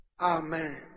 Amen